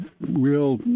real